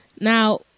now